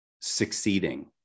succeeding